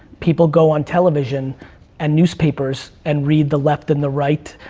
people go on television and newspapers and read the left and the right,